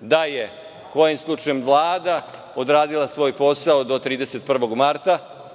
Da je kojim slučajem Vlada odradila svoj posao do 31. marta